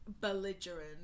belligerent